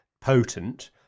potent